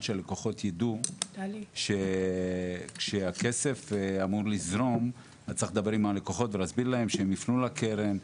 שהלקוחות ידעו שהכסף אמור לזרום והבנקים מסבירים להם שיפנו לקרן,